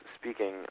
speaking